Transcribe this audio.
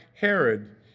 Herod